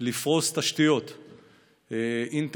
לפרוס תשתיות אינטרנט,